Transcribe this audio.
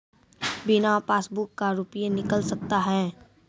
बिना पासबुक का रुपये निकल सकता हैं?